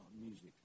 music